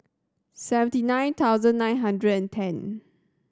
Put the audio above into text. seventy nine thousand nine hundred and ten